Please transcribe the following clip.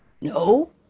No